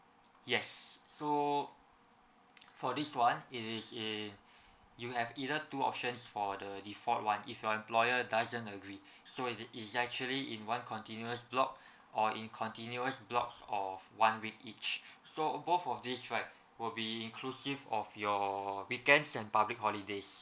yes so for this one it is in you have either two options for the default one if your employer doesn't agree so it is is actually in one continuous block or in continuous blocks of one week each so both of these right will be inclusive of your weekends and public holidays